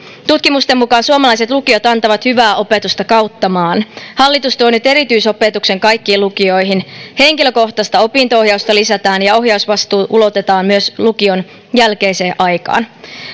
tutkimusten mukaan suomalaiset lukiot antavat hyvää opetusta kautta maan hallitus tuo nyt erityisopetuksen kaikkiin lukioihin henkilökohtaista opinto ohjausta lisätään ja ohjausvastuu ulotetaan myös lukion jälkeiseen aikaan